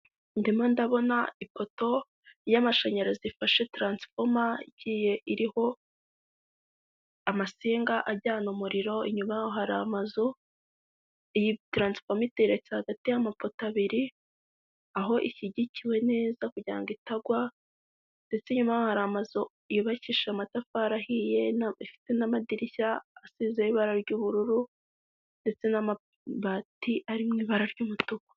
Ndimo ndabona ipoto y'amashanyarazi ifashe taransifoma, igiye iriho amasinga ajyana umuriro, inyuma yaho hari amazu, iyi taransifoma iteretse hagati y'amapoto abiri, aho ishyigikiwe neza kugira ngo itagwa ndetse inyuma yaho hari amazu yubakishije amatafari ahiye, ifite n'amadirishya asizeho ibara ry'ubururu ndetse n'amabati ari mu ibara ry'umutuku.